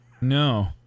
No